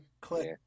click